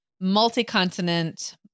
multi-continent